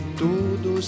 tudo